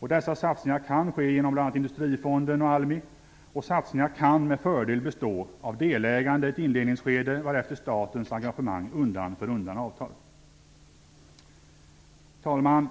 Dessa satsningar kan ske genom bl.a. Industrifonden och ALMI. Satsningarna kan med fördel bestå av delägande i ett inledningsskede varefter statens engagemang undan för undan avtar. Herr talman!